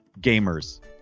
gamers